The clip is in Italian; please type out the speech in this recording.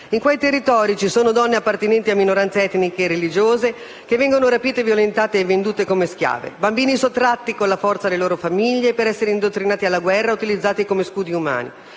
In quei territori ci sono donne appartenenti a minoranze etniche e religiose che vengono rapite, violentate e vendute come schiave, bambini sottratti con la forza alle loro famiglie per essere indottrinati alla guerra o utilizzati come scudi umani,